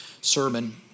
sermon